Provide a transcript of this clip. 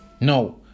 No